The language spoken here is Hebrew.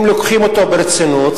אם לוקחים אותו ברצינות,